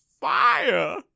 fire